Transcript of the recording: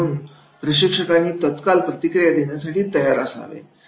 म्हणून प्रशिक्षकांनी तत्काल प्रतिक्रिया देण्यासाठी तयार असावे